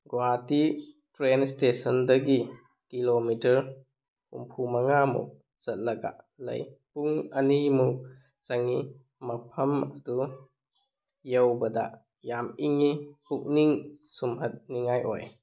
Guwahati train ꯏꯁꯇꯦꯁꯟꯗꯒꯤ kilometre ꯍꯨꯝꯐꯨꯃꯉꯥꯃꯨꯛ ꯆꯠꯂꯒ ꯂꯩ ꯄꯨꯡ ꯑꯅꯤꯃꯨꯛ ꯆꯪꯏ ꯃꯐꯝ ꯑꯗꯨ ꯌꯧꯕꯗ ꯌꯥꯝ ꯏꯪꯏ ꯄꯨꯛꯅꯤꯡ ꯁꯨꯝꯍꯠꯅꯤꯉꯥꯏ ꯑꯣꯏ